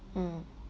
mm